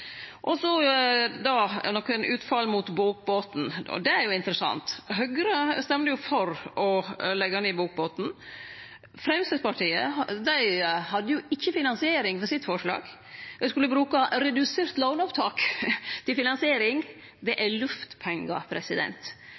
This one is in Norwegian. er jo interessant. Høgre røysta jo for å leggje ned bokbåten. Framstegspartiet hadde ikkje finansiering for sitt forslag, ein skulle bruke redusert låneopptak til finansiering. Det er luftpengar.